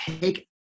take